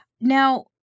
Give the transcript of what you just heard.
Now